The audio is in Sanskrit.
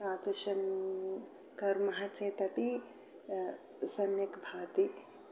तादृशं कर्मः चेत् अपि सम्यक् भाति